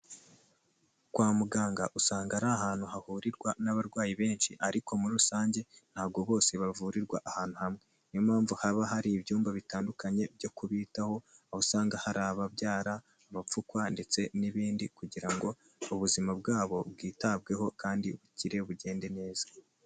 Kwa muganga usanga ari ahantu hahurirwa n'abarwayi benshi ariko muri rusange ntabwo bose bavurirwa ahantu hamwe, niyo mpamvu haba hari ibyumba bitandukanye byo kubitaho aho usanga hari ababyara, amapfukwa ndetse n'ibindi kugira ngo ubuzima bwabo bwitabweho kandi bukire bugende neza.